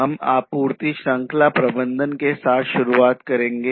हम आपूर्ति श्रृंखला प्रबंधन के साथ शुरुआत करेंगे